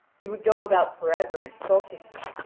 he would go about for ever insulting him,